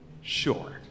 Sure